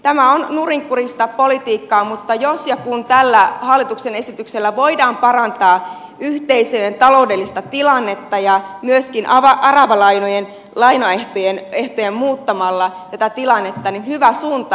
tämä on nurinkurista politiikkaa mutta jos ja kun tällä hallituksen esityksellä voidaan parantaa yhteisöjen taloudellista tilannetta ja myöskin aravalainojen lainaehtoja muuttamalla tätä tilannetta niin hyvä suunta